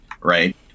Right